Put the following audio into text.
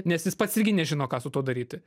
nes jis pats irgi nežino ką su tuo daryti